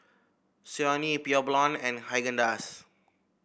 Sony Pure Blonde and Haagen Dazs